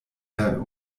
der